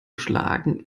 schlagen